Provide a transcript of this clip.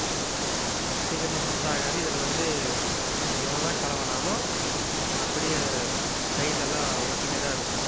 சு சீக்கிரமாக சுத்தம் ஆகாது இதில் வந்து எவ்வளோ தான் கழுவினாலும் அப்படியே சைட்லெல்லாம் ஒட்டினே தான் இருக்கும்